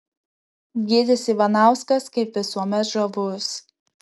gytis ivanauskas kaip visuomet žavus